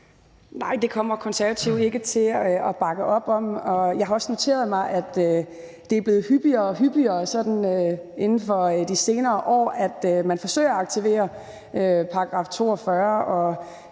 Nej, det kommer Konservative ikke til at bakke op om, og jeg har også noteret mig, at det er blevet hyppigere og hyppigere sådan inden for de senere år, at man forsøger at aktivere § 42, og